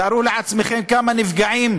תארו לעצמכם כמה נפגעים